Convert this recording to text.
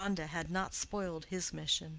deronda had not spoiled his mission.